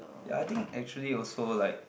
ya I think actually also like